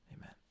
Amen